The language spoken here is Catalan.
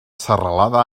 serralada